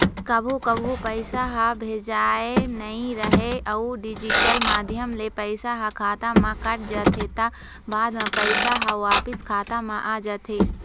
कभू कभू पइसा ह भेजाए नइ राहय अउ डिजिटल माध्यम ले पइसा ह खाता म कट जाथे त बाद म पइसा ह वापिस खाता म आ जाथे